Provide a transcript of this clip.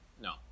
no